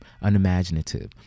unimaginative